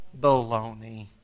Baloney